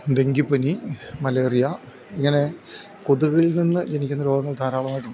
ഡെങ്കിപ്പനി മലേറിയ ഇങ്ങനെ കൊതുകിൽ നിന്ന് ജനിക്കുന്ന രോഗങ്ങൾ ധാരാളമായിട്ടുണ്ട്